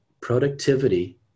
productivity